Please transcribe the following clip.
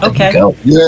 Okay